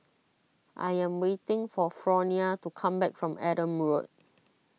I am waiting for Fronia to come back from Adam Road